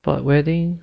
but wedding